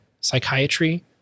psychiatry